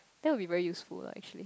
then it'll be very useful lah actually